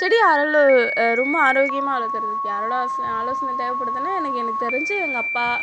செடி ரொம்ப ஆரோக்கியமாக வளர்க்கறதுக்கு யாரோட ஆச ஆலோசனை தேவைப்படுதுனா எனக்கு எனக்கு தெரிஞ்சு எங்கள் அப்பா